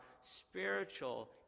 spiritual